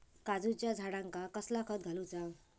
काजूच्या झाडांका कसला खत घालूचा?